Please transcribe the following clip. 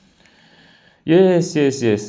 yes yes yes